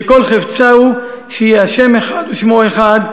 שכל חפצה הוא שיהיה ה' אחד ושמו אחד,